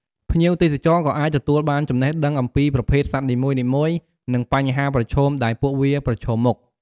ភ្ញៀវទេសចរក៏អាចទទួលបានចំណេះដឹងអំពីប្រភេទសត្វនីមួយៗ និងបញ្ហាប្រឈមដែលពួកវាប្រឈមមុខ។